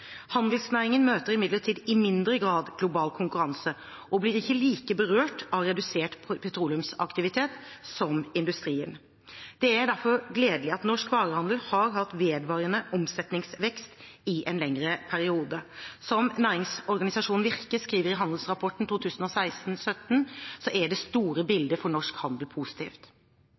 Handelsnæringen møter imidlertid i mindre grad global konkurranse og blir ikke like berørt av redusert petroleumsaktivitet som industrien. Det er derfor gledelig at norsk varehandel har hatt vedvarende omsetningsvekst i en lengre periode. Som næringsorganisasjonen Virke skriver i Handelsrapporten 2016/2017, er det store bildet for norsk handel positivt.